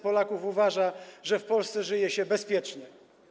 Polaków uważa, że w Polsce żyje się bezpiecznie.